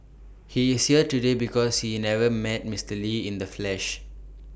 he is here today because he never met Mister lee in the flesh